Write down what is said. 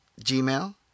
Gmail